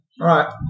Right